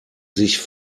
sich